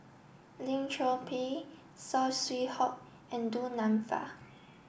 Lim Chor Pee Saw Swee Hock and Du Nanfa